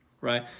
right